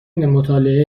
مطالعه